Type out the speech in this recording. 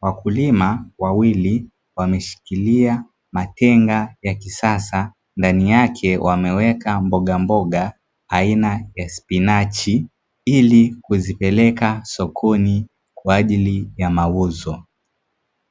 Wakulima wawili wameshikilia matenga ya kisasa; ndani yake wameweka mbogamboga aina ya spinachi ili kuzipeleka sokoni kwa ajili ya mauzo,